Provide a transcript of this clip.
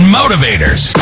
motivators